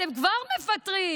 אתם כבר מפטרים.